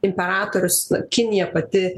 imperatorius kinija pati